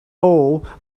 old